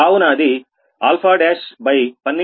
కావున అది 12